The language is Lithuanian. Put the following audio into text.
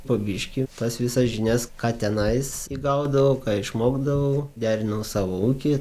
po biškį tas visas žinias ką tenais įgaudavau ką išmokdavau derinau savo ūky